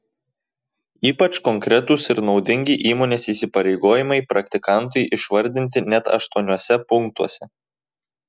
ypač konkretūs ir naudingi įmonės įsipareigojimai praktikantui išvardinti net aštuoniuose punktuose